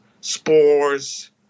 spores